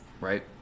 right